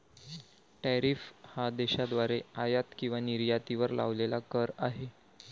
tariff हा देशाद्वारे आयात किंवा निर्यातीवर लावलेला कर आहे